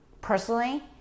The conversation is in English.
Personally